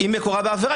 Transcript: אם מקורה בעבירה.